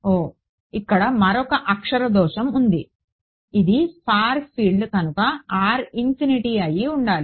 ఓహ్ ఇక్కడ మరొక అక్షర దోషం ఉంది ఇది ఫార్ ఫీల్డ్ కనుక r అయి ఉండాలి